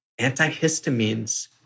antihistamines